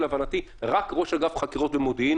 להבנתי רק ראש אגף חקירות במודיעין